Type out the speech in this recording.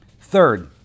Third